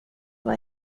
vad